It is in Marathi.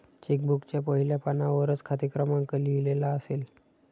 चेक बुकच्या पहिल्या पानावरच खाते क्रमांक लिहिलेला असेल